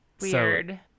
Weird